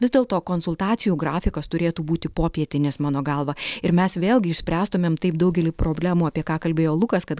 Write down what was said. vis dėlto konsultacijų grafikas turėtų būti popietinis mano galva ir mes vėlgi išspręstumėm taip daugelį problemų apie ką kalbėjo lukas kad